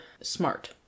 smart